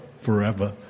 forever